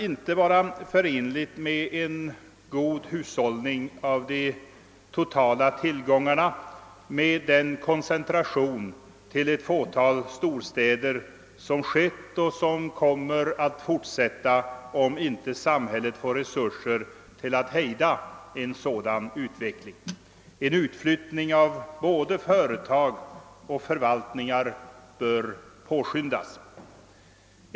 Den koncentration till ett fåtal storstäder som skett och som kommer att fortsätta, om inte samhället får resurser till att hejda en sådan utveckling, kan inte vara förenlig med en god hushållning av de totala tillgångarna. En ut flyttning av både företag och förvaltningar bör påskyndas.